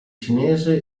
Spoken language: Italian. cinese